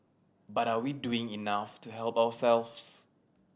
but are we doing enough to help ourselves